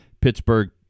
Pittsburgh